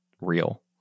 real